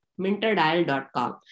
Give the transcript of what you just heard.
minterdial.com